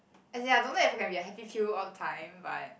as in I don't know if I can be a happy pill all the time but